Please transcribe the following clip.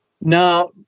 Now